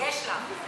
יש לך.